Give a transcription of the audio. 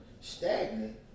stagnant